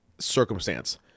circumstance